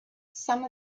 some